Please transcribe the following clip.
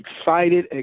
Excited